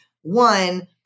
One